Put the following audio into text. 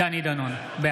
(קורא בשם חבר הכנסת) דני דנון, בעד